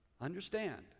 Understand